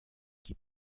qui